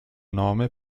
nome